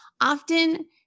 often